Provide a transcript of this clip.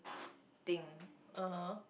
thing